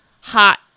hot